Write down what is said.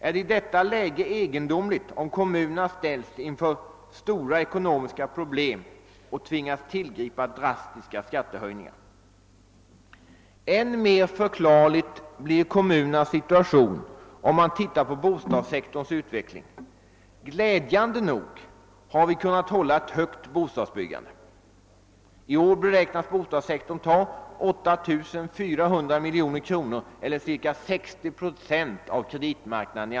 är det i detta läge så egendomligt, om kommunerna ställs in för stora ekonomiska problem och tvingas att tillgripa drastiska skattehöjningar? Än mer förklarlig blir kommunernas situation om man ser på bostadssektorns utveckling. Glädjande nog har vi kunnat hålla ett högt bostadsbyggande. I år beräknas bostadssektorn ta 8400 miljoner kronor i anspråk eller ca 60 procent av kreditmarknaden.